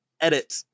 edit